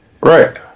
Right